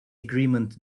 agreement